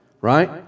right